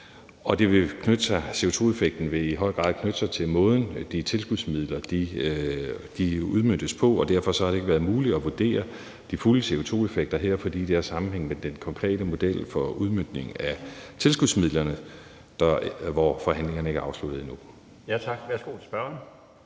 og CO2-effekten vil i høj grad knytte sig til måden, de tilskudsmidler udmøntes på, og derfor har det ikke været muligt at vurdere de fulde CO2-effekter her, for det har en sammenhæng med den konkrete model for udmøntning af tilskudsmidlerne, og forhandlingerne om det er ikke afsluttet endnu. Kl. 16:37 Den fg.